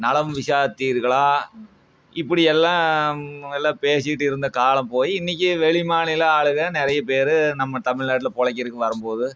நலம் விசாரித்தீர்களா இப்படி எல்லாம் எல்லாம் பேசிகிட்டு இருந்த காலம் போய் இன்றைக்கி வெளிமாநில ஆளுங்க நிறைய பேர் நம்ம தமிழ்நாட்டில் பிழைக்கிறக்குனு வரும்போது